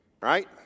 right